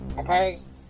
Opposed